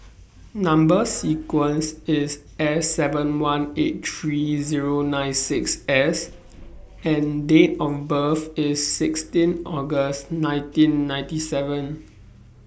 Number sequence IS S seven one eight three Zero nine six S and Date of birth IS sixteen August nineteen ninety seven